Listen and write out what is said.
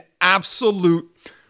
absolute